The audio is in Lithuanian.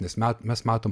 nes ma mes matom